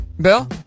Bill